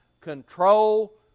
control